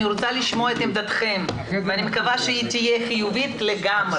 אני רוצה לשמוע את עמדתכם ואני מקווה שהיא תהיה חיובית לגמרי.